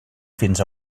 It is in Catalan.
fins